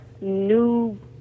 new